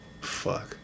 Fuck